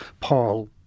Paul